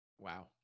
Wow